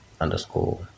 underscore